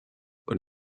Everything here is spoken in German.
und